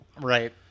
Right